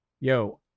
Yo